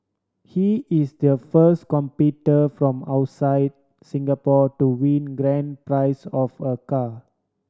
he is their first competitor from outside Singapore to win grand prize of a car